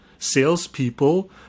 salespeople